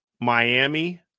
Miami